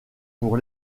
pour